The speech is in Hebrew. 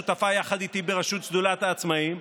שהייתה שותפה יחד איתי ברשות שדולת העצמאים,